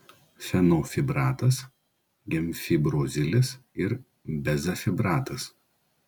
fenofibratas gemfibrozilis ir bezafibratas